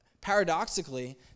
paradoxically